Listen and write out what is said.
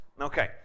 Okay